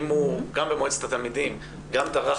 אם הוא גם במועצת התלמידים וגם טרח